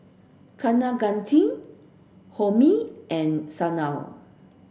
Kaneganti Homi and Sanal